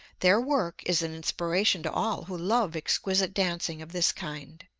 their work is an inspiration to all who love exquisite dancing of this kind.